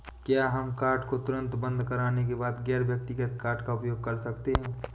क्या हम कार्ड को तुरंत बंद करने के बाद गैर व्यक्तिगत कार्ड का उपयोग कर सकते हैं?